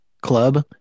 club